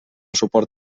suport